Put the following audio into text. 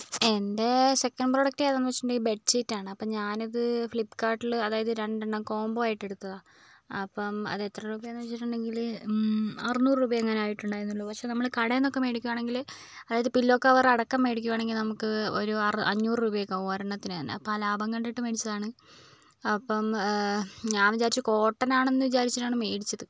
എന്റെ second product ഏതാണെന്ന് വെച്ചിട്ടുണ്ടെങ്കിൽ ബെഡ്ഷീറ്റ് ആണ് അപ്പോൾ ഞാൻ അത് ഫ്ലിപ്കാർട്ടിൽ അതായത് രണ്ടെണ്ണം കോമ്പോ ആയിട്ട് എടുത്തതാണ് അപ്പം അത് എത്ര രൂപയാണെന്ന് വെച്ചിട്ടുണ്ടെങ്കിൽ അറുനൂറ് രൂപ എങ്ങാനും ആയിട്ടുണ്ടായിരുന്നുളളൂ പക്ഷേ നമ്മൾ കടയിൽ നിന്നൊക്കെ മേടിക്കുവാണെങ്കിൽ അതായത് പില്ലോ കവർ അടക്കം മേടിക്കുവാണെങ്കിൽ നമുക്ക് ഒരു അഞ്ഞൂറ് രൂപയൊക്കെ ആകും ഒരെണ്ണത്തിന് തന്നെ അപ്പോൾ ആ ലാഭം കണ്ടിട്ട് മേടിച്ചതാണ് അപ്പം ഞാൻ വിചാരിച്ചു കോട്ടൺ ആണെന്ന് വിചാരിച്ചിട്ടാണ് മേടിച്ചത്